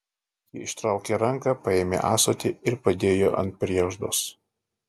ji ištraukė ranką paėmė ąsotį ir padėjo ant prieždos